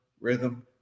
Rhythm